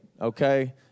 okay